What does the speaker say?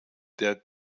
der